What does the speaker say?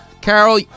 Carol